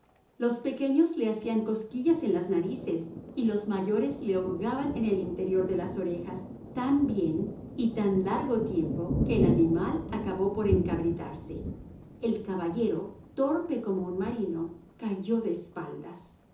los pequeños le hacían cosquillas en las narices y los mayores le hurgaban en el interior de las orejas tan bien y tan largo tiempo que el animal acabó por encabritarse el caballero torpe como un marino cayó de espaldas